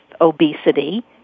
obesity